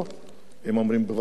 הם אומרים, בוודאי.